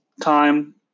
time